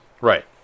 Right